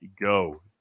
go